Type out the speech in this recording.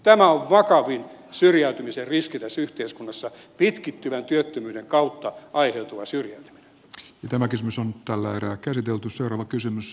tämä on vakavin syrjäytymisen riski tässä yhteiskunnassa pitkittyvän työttömyyden kautta aiheutuva syyrian ja tämä kysymys on tällä erää käsitelty syrjäytyminen